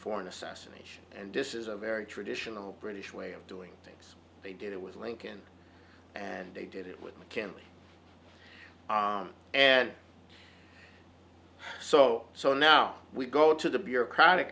an assassination and this is a very traditional british way of doing things they did it with lincoln and they did it with mckinley and so so now we go to the bureaucratic